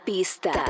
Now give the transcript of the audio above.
Pista